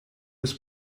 was